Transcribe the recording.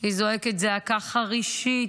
היא זועקת זעקה חרישית,